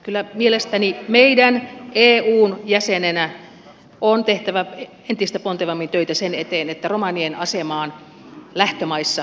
kyllä mielestäni meidän eun jäsenenä on tehtävä entistä pontevammin töitä sen eteen että romanien asemaa lähtömaissa parannettaisiin